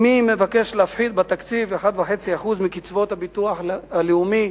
מי מבקש להפחית בתקציב 1.5% מקצבאות הביטוח הלאומי?